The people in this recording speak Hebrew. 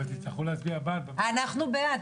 אבל תצטרכו להצביע בעד --- אנחנו בעד.